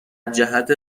جهت